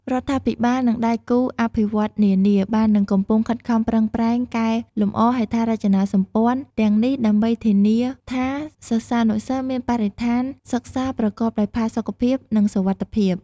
រដ្ឋាភិបាល និងដៃគូអភិវឌ្ឍន៍នានាបាននិងកំពុងខិតខំប្រឹងប្រែង កែលម្អហេដ្ឋារចនាសម្ព័ន្ធ ទាំងនេះដើម្បីធានាថា សិស្សានុសិស្សមានបរិស្ថានសិក្សាប្រកបដោយផាសុកភាព និងសុវត្ថិភាព។